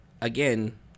again